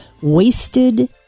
Wasted